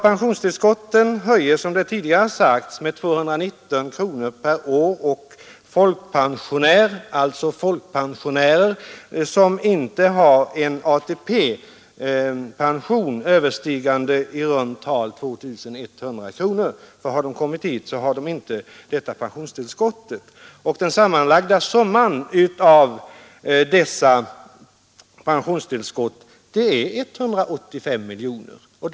Pensionstillskotten höjs som tidigare sagts med 219 kronor per år och folkpensionär, alltså folkpensionär som inte har en ATP-pension överstigande i runt tal 2 100 kronor. Har en pensionär uppnått denna summa, får han inte något pensionstillskott. Den sammanlagda summan av dessa pensionstillskott är 185 miljoner kronor.